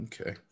Okay